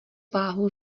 váhu